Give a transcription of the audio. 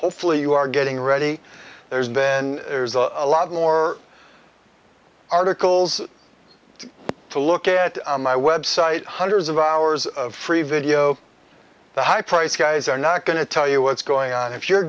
hopefully you are getting ready there's been a lot more articles to look at my website hundreds of hours of free video the high price guys are not going to tell you what's going on if you're